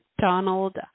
Donald